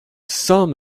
some